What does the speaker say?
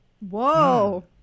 Whoa